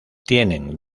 tienen